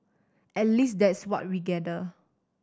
at least that's what we gather